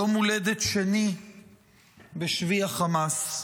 יום הולדת שני בשבי החמאס.